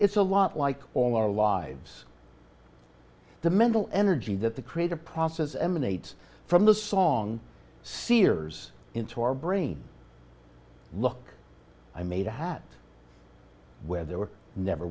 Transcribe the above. it's a lot like all our lives the mental energy that the creative process emanates from the song seers into our brain look i made a hat where there were never